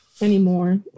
anymore